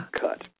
cut